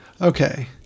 Okay